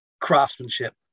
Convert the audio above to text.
craftsmanship